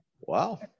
Wow